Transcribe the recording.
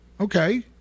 Okay